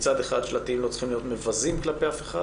מצד אחד שלטים לא צריכים להיות מבזים כלפי אף אחד,